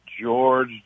George